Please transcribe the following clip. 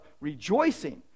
rejoicing